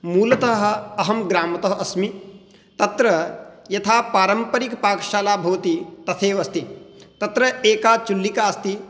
मूलतः अहं ग्रामतः अस्मि तत्र यथा पारम्परिकपाकशाला भवति तथैव अस्ति तत्र एका चुल्लिका अस्ति